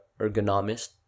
ergonomist